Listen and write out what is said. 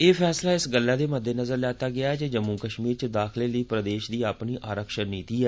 ए फैसला इस गल्ला दे मद्देनज़र लैता गेया ऐ जे जम्मू कश्मीर च दाखिलै लेई प्रदेश दी अपनी आरक्षण निति ऐ